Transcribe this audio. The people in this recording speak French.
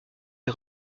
est